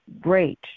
great